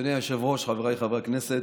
אדוני היושב-ראש, חבריי חברי הכנסת,